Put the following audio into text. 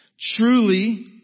Truly